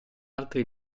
altri